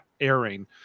airing